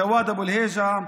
ג'ואד אבו אל היג'א,